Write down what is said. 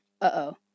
uh-oh